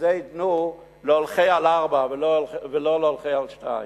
את זה ייתנו להולכי על ארבע, ולא להולכי על שתיים.